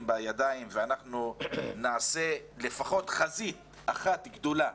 בידיים ואנחנו נעשה לפחות חזית אחת גדולה